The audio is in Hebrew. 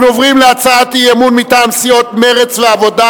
אנחנו עוברים להצעות האי-אמון מטעם סיעות מרצ והעבודה,